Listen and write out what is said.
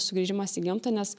sugrįžimas į gamtą nes